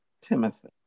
Timothy